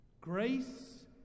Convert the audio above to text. grace